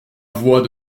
voix